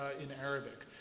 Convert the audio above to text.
in arabic.